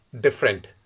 different